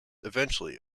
eventually